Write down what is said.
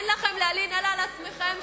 אין לכם להלין אלא על עצמכם,